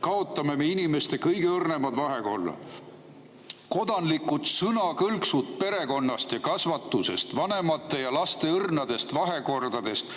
kaotame me inimeste kõige õrnemad vahekorrad. /---/ Kodanlikud sõnakõlksud perekonnast ja kasvatusest, vanemate ja laste õrnadest vahekordadest